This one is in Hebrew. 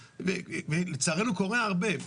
לצערנו זה קורה הרבה,